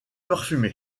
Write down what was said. parfumé